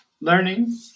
learning